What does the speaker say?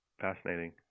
Fascinating